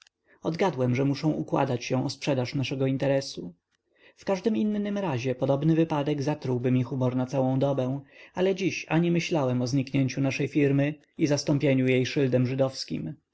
odgadłem że muszą układać się o sprzedaż naszego interesu w każdym innym razie podobny wypadek zatrułby mi humor na całą dobę ale dziś ani myślałem o zniknięciu naszej firmy i zastąpieniu jej szyldem żydowskim